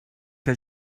que